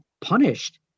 punished